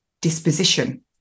disposition